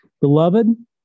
Beloved